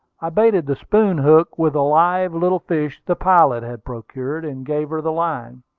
i baited the spoon-hook with a live little fish the pilot had procured, and gave her the line.